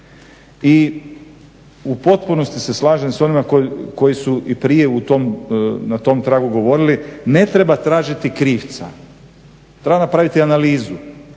I u potpunosti se slažem s onima koji su i prije na tom tragu govorili, ne treba tražiti krivca, treba napraviti analizu